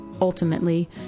Ultimately